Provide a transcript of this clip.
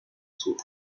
sur